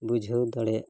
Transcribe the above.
ᱵᱩᱡᱷᱟᱹᱣ ᱫᱟᱲᱮᱭᱟᱜᱼᱟ